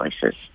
choices